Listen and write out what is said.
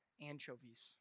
anchovies